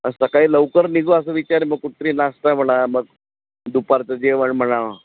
सकाळी लवकर निघू असं विचार मग कुठतरी नाश्ता म्हणा मग दुपारचं जेवण म्हणा